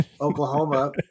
Oklahoma